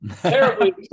Terribly